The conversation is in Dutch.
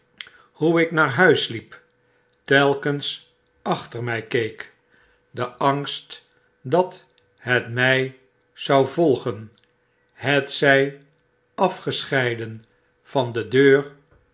hoe ik naar huis liep telkens achter my keek de angst dat het my zou volgen hetzy afgescheiden van de deur